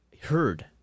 heard